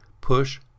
push